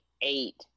eight